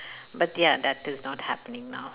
but ya that is not happening now